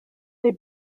they